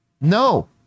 No